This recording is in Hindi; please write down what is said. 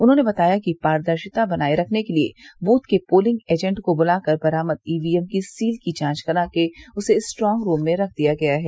उन्होंने बताया कि पारदर्शिता बनाये रखने के लिये बूथ के पोलिंग एजेंट को बुलाकर बरामद ईवीएम की सील की जांच कराके उसे स्ट्रांग रूम में रख दिया गया है